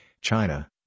China